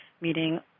meeting